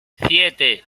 siete